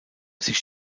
sich